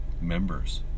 members